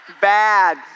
Bad